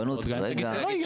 רגע.